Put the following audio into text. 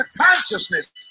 consciousness